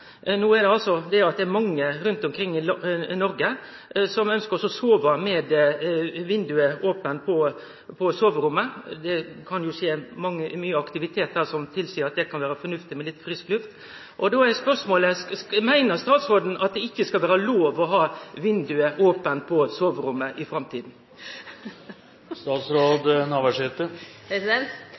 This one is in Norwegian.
er det mange rundt omkring i Noreg som ønskjer å sove med vindauget ope på soverommet, det kan jo skje mykje aktivitet der som tilseier at det kan vere fornuftig med litt frisk luft. Då er spørsmålet: Meiner statsråden at det ikkje skal vere lov å ha vindauget ope på soverommet i